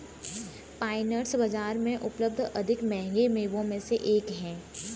pine nuts बाजार में उपलब्ध अधिक महंगे मेवों में से एक हैं